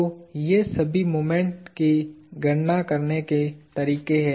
तो ये सभी मोमेंट की गणना करने के तरीके हैं